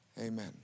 amen